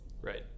Right